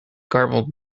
garbled